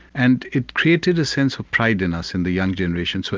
and it created a sense of pride in us in the young generation. so